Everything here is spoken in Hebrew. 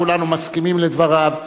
כולנו מסכימים לדבריו,